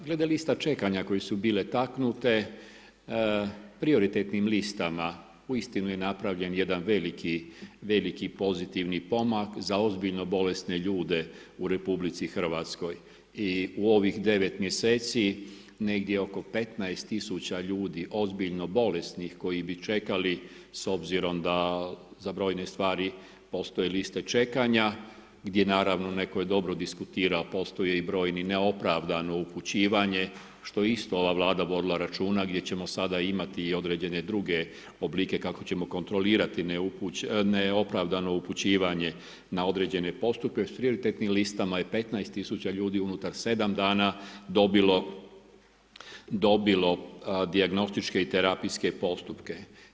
Glede lista čekanja koje su bile taknute, prioritetnim listama uistinu je napravljen jedan veliki pozitivni pomak, za ozbiljno bolesne ljude u RH i u ovih 9 mj., negdje oko 15 000 ljudi ozbiljno bolesnih koji bi čekali s obzirom da za brojne stvari postoje liste čekanja, gdje naravno netko je dobro diskutirao, postoji i brojno neopravdano upućivanje što je isto ova Vlada vodila računa gdje ćemo sada imati i određene druge oblike kako ćemo kontrolirati neopravdano upućivanje na određene postupke, s prioritetnim listama je 15 000 ljudi unutar 7 dana dobilo dijagnostičke i terapijske postupke.